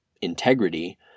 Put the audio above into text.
integrity